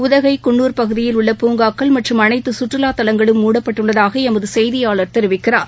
உதகைகுன்னூர் பகுதியில் உள்ள பூங்காக்கள் மற்றும் அனைத்துகற்றுலாதலங்களும் மூடப்பட்டுள்ளதாகளமதுசெய்தியாளர் தெரிவிக்கிறார்